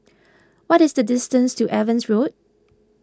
what is the distance to Evans Road